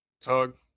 Tug